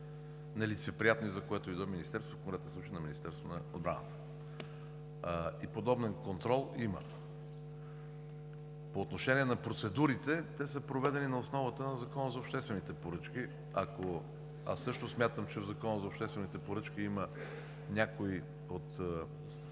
нелицеприятни, за което и да е министерство, в случая на Министерството на отбраната, и подобен контрол има. По отношение на процедурите, те са проведени на основата на Закона за обществените поръчки. Аз също смятам, че в този закон има някои неща,